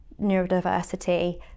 neurodiversity